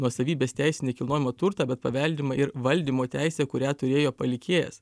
nuosavybės teisė į nekilnojamą turtą bet paveldima ir valdymo teisė kurią turėjo palikėjas